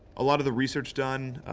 a lot of the research done,